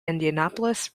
indianapolis